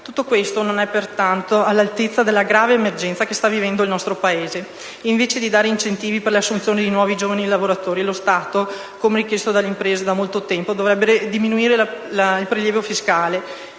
Questo decreto non è pertanto all'altezza della grave emergenza che sta vivendo il nostro Paese. Invece di dare incentivi per l'assunzione di nuovi giovani lavoratori, lo Stato, come richiesto dalle imprese da molto tempo, dovrebbe diminuire il prelievo fiscale